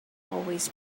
always